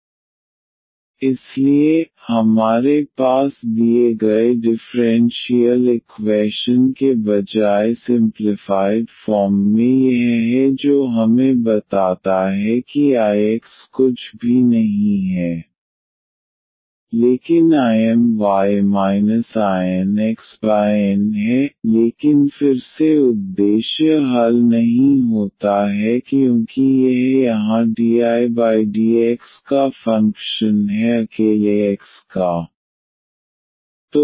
इसलिए IMyINxNIx IxIMy INxN इसलिए हमारे पास दिए गए डिफरेंशियल इक्वैशन के बजाय सिम्प्लिफाइड फॉर्म में यह है जो हमें बताता है कि I x कुछ भी नहीं है लेकिन IMy INxN है लेकिन फिर से उद्देश्य हल नहीं होता है क्योंकि यह यहाँ dIdx का फ़ंक्शन है अकेले x का